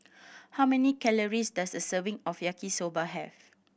how many calories does a serving of Yaki Soba have